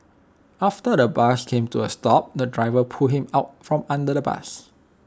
after the bus came to A stop the driver pulled him out from under the bus